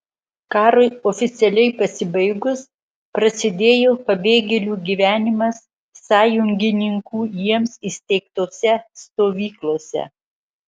karui oficialiai pasibaigus prasidėjo pabėgėlių gyvenimas sąjungininkų jiems įsteigtose stovyklose